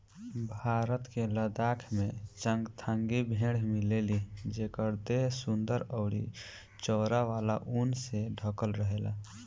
भारत के लद्दाख में चांगथांगी भेड़ मिलेली जेकर देह सुंदर अउरी चौड़ा वाला ऊन से ढकल रहेला